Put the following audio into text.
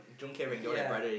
ya